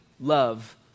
love